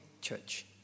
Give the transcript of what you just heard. church